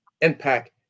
impact